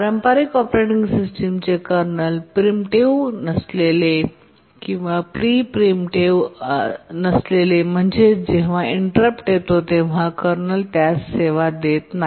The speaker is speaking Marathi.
पारंपारिक ऑपरेटिंग सिस्टमचे कर्नल प्री प्रीपेटीव्ह नसलेले आणि प्री प्रीपेक्टिव नसलेले म्हणजे जेव्हा इंटरप्ट येतो तेव्हा कर्नल त्यास सेवा देत नाही